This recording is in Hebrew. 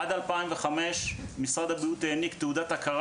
עד 2005 משרד הבריאות העניק תעודת הכרה